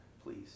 Please